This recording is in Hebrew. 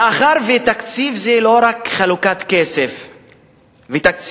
מאחר שתקציב זה לא רק חלוקת כסף ותקציבים,